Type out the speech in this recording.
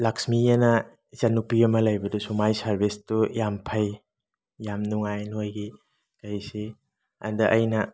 ꯂꯛꯁꯃꯤ ꯑꯅ ꯏꯆꯟ ꯅꯨꯄꯤ ꯑꯃ ꯂꯩꯕꯗꯨꯁꯨ ꯃꯥꯏ ꯁꯥꯔꯕꯤꯁꯇꯨ ꯌꯥꯝ ꯐꯩ ꯌꯥꯝ ꯅꯨꯡꯉꯥꯏ ꯅꯣꯏꯒꯤ ꯀꯩꯁꯤ ꯑꯗ ꯑꯩꯅ